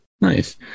Nice